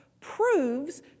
proves